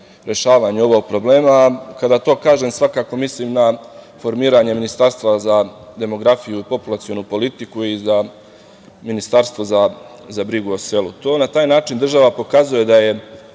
ovog problema. Kada to kažem svakako mislim na formiranje Ministarstva za demografiju i populacionu politiku i Ministarstvo za brigu o selu. Na taj način država pokazuje da je